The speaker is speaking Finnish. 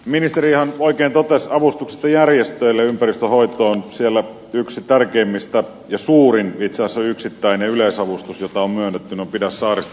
ministeriö on kulkenut osa avustuksesta järjestöille ympäristönhoitoon siellä yksi tärkeimmistä ja suurin vitsassa yksittäin ylös avustus jota on myönnetty pidä saaristo